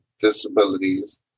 disabilities